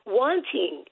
wanting